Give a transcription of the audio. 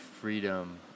freedom